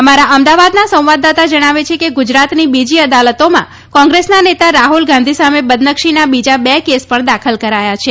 અમારા અમદાવાદના સંવાદદાતા જણાવે છે કે ગુજરાતની બીજી અદાલતોમાં કોંગ્રેસના નેતા રાહુલ ગાંધી સામે બદનક્ષીના બીજા બે કેસ પણ દાખલ કરાયા છે